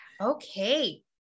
Okay